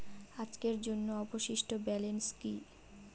আজকের জন্য অবশিষ্ট ব্যালেন্স কি?